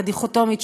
הדיכוטומית,